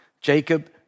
Jacob